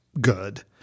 good